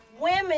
women